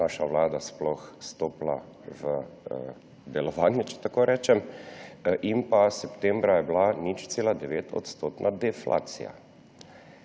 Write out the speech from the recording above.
naša vlada sploh stopila v delovanje, če tako rečem, septembra je bila 0,9-odstotna deflacija